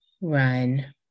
run